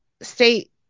state